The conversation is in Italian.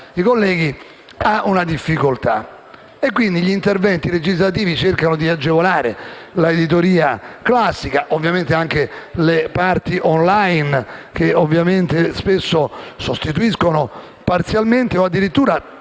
i colleghi, ha una difficoltà. Gli interventi legislativi cercano quindi di agevolare l'editoria classica e, ovviamente, le parti *online*, che spesso sostituiscono parzialmente o addirittura